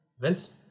Vince